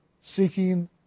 seeking